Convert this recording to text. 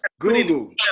Google